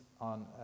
on